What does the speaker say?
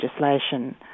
legislation